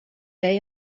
day